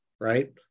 right